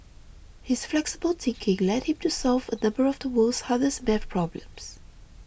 his flexible thinking led him to solve a number of the world's hardest math problems